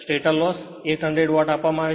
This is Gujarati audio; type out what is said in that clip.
સ્ટેટર લોસ 800 વોટ આપવામાં આવે છે